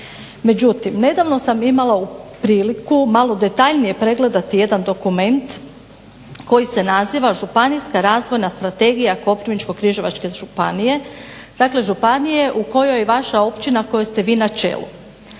Međutim nedavno sam imala priliku malo detaljnije pregledati jedan dokument koji se naziva Županijska razvojna strategija Koprivničko-križevačke županije, dakle županije u kojoj vaša općina kojoj ste vi na čelu.